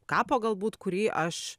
kapo galbūt kurį aš